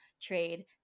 trade